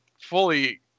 fully